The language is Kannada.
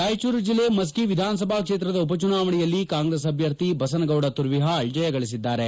ರಾಯಚೂರು ಜಿಲ್ಲೆ ಮಸ್ತಿ ವಿಧಾನಸಭಾ ಕ್ಷೇತ್ರದ ಉಪಚುನಾವಣೆಯಲ್ಲಿ ಕಾಂಗ್ರೆಸ್ ಅಭ್ಯರ್ಥಿ ಬಸನಗೌಡ ತುರ್ವಿಹಾಳ ಜಯಗಳಿಸಿದ್ದಾರೆ